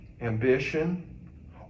ambition